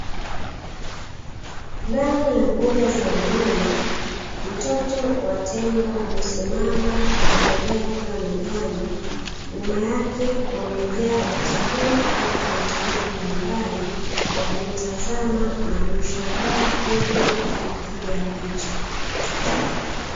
Ndani ya mbuga za wanyama mtoto wa tembo amesimama akiendelea kula majani, nyuma yake wamejaa watalii toka mataifa mbalimbali, wakimtazama na kumshangaa huku wakimpiga picha.